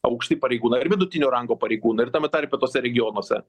aukšti pareigūnai ir vidutinio rango pareigūnai ir tame tarpe tuose regionuose